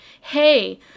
hey